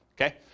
Okay